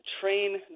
train